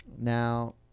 Now